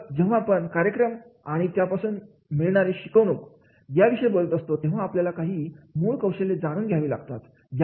तर जेव्हा आपण कार्यक्रम आणि त्यापासून मिळणाऱ्या शिकवणूक या याविषयी बोलत असतो तेव्हा आपल्याला काही मूळ कौशल्य जाणून घ्यावी लागतात